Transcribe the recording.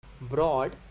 broad